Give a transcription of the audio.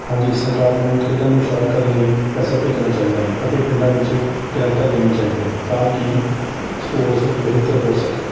ਹਾਂਜੀ ਸਰਕਾਰ ਨੂੰ ਖੇਡਾਂ ਨੂੰ ਉਤਸ਼ਾਹਿਤ ਕਰਨ ਲਈ ਪੈਸਾ ਭੇਜਣਾ ਚਾਹੀਦਾ ਹਨ ਅਤੇ ਪਿੰਡਾਂ ਵਿੱਚ ਗ੍ਰਾਂਟਾਂ ਦੇਣੀਆਂ ਚਾਹੀਦੀਆਂ ਹਨ ਤਾਂ ਕਿ ਸਪੋਰਟਸ ਬਿਹਤਰ ਹੋ ਸਕੇ